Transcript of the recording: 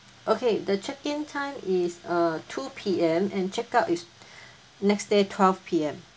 okay the check in time is uh two P_M and check out is next day twelve P_M